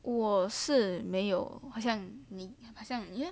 我是没有好像你好像 yeah